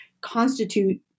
constitute